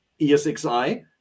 ESXi